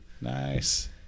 Nice